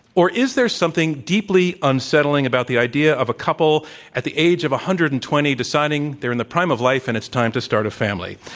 or is there something deeply unsettling about the idea of a couple at the age of one hundred and twenty deciding they're in the prime of life and it's time to start a family.